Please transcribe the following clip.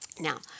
Now